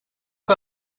que